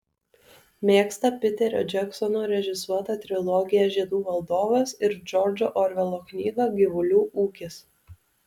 mėgsta piterio džeksono režisuotą trilogiją žiedų valdovas ir džordžo orvelo knygą gyvulių ūkis